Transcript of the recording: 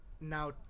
Now